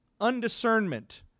undiscernment